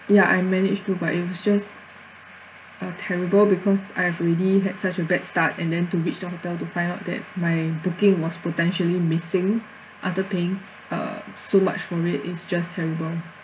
ya I managed to but it was just uh terrible because I've already had such a bad start and then to reach the hotel to find out that my booking was potentially missing after paying uh so much for it it's just terrible